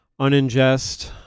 Uningest